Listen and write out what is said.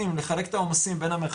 שלחו לי את הצילום מסך של מה שהוא,